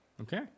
Okay